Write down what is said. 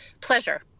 pleasure